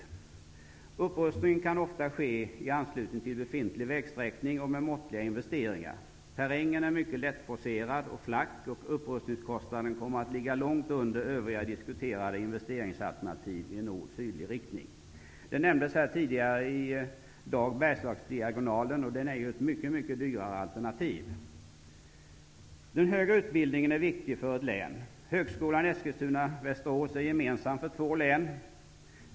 Upprustningen kan ofta ske i anslutning till befintlig vägsträckning och med måttliga investeringar. Terrängen är mycket lättforcerad och flack, och upprustningskostnaden kommer att ligga långt under övriga diskuterade investeringsalternativ i nord-sydlig riktning. Bergslagsdiagonalen, som nämnts tidigare här i dag, är ett mycket dyrare alternativ. Den högre utbildningen är viktig för ett län. Högskolan Eskilstuna/Västerås är gemensam för två län.